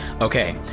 Okay